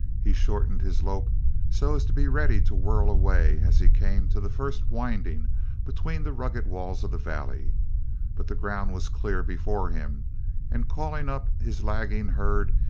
he shortened his lope so as to be ready to whirl away as he came to the first winding between the rugged walls of the valley but the ground was clear before him and calling up his lagging herd,